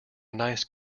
nice